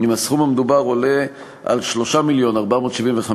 אם הסכום המדובר עולה על 3 מיליון ש"ח